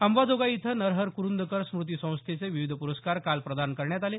अंबाजोगाई इथं नरहर क्रुंदकर स्मृती संस्थेचे विविध प्रस्कार काल प्रदान करण्यात आले